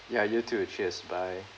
ya you too cheers bye